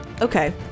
Okay